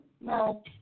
No